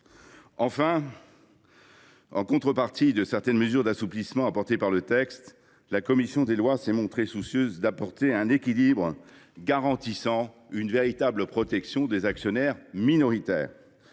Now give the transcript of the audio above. Enfin, en contrepartie de certaines mesures d’assouplissement apportées par le texte, la commission des lois s’est montrée soucieuse d’offrir un équilibre pour garantir une véritable protection des actionnaires minoritaires.